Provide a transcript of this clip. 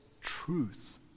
truth